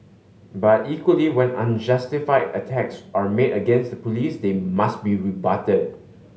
but equally when unjustified attacks are made against the police they must be rebutted